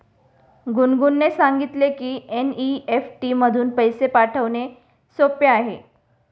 गुनगुनने सांगितले की एन.ई.एफ.टी मधून पैसे पाठवणे सोपे आहे